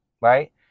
right